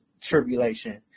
tribulation